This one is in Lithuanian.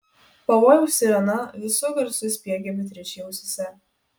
pavojaus sirena visu garsu spiegė beatričei ausyse